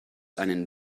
einen